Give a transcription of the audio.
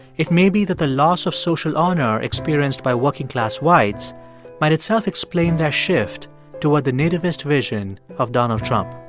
it may be that the loss of social honor experienced by working-class whites might itself explain their shift toward the nativist vision of donald trump.